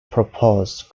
proposed